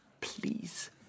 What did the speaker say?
Please